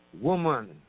woman